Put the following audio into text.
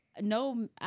no